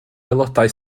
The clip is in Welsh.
aelodau